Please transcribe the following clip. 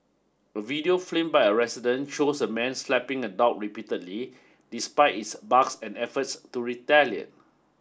a video filmed by a resident shows a man slapping a dog repeatedly despite its barks and efforts to retaliate